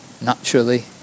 naturally